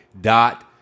dot